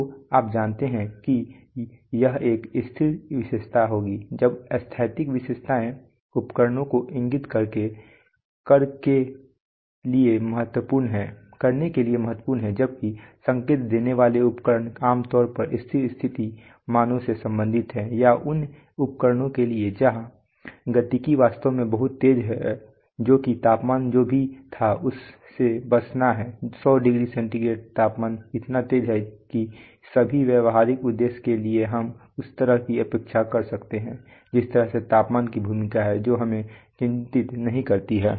तो आप जानते हैं कि यह एक स्थिर विशेषता होगी अब स्थैतिक विशेषताएँ उपकरणों को इंगित करने के लिए महत्वपूर्ण हैं जबकि संकेत देने वाले उपकरण आम तौर पर स्थिर स्थिति मानो से संबंधित हैं या उन उपकरणों के लिए जहां गतिकी वास्तव में बहुत तेज़ है जो कि तापमान जो भी था उससे बसना है सौ डिग्री सेंटीग्रेड तापमान इतना तेज़ है कि सभी व्यावहारिक उद्देश्यों के लिए हम उस तरह की उपेक्षा कर सकते हैं जिस तरह से तापमान की भूमिकाएँ हैं जो हमें चिंतित नहीं करती हैं